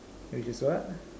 which is what